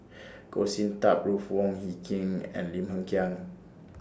Goh Sin Tub Ruth Wong Hie King and Lim Hng Kiang